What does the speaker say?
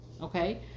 okay